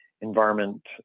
environment